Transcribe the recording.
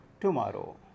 tomorrow